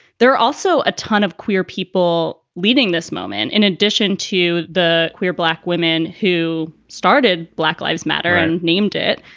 there are also a ton of queer people leading this moment. in addition to the queer black women who started black lives matter and named it,